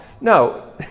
No